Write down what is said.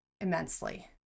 immensely